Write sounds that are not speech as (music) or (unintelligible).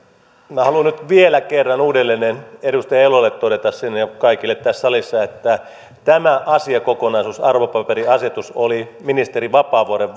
minä haluan nyt vielä kerran uudelleen edustaja elolle ja kaikille tässä salissa todeta sen että tämä asiakokonaisuus arvopaperiasetus oli ministeri vapaavuoren (unintelligible)